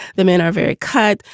the men are very cut.